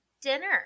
dinner